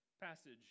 passage